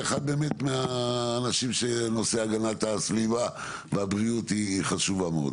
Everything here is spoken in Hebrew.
ואחד באמת מהאנשים שנושא הגנת הסביבה והבריאות היא חשובה מאוד.